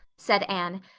said anne.